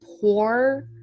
poor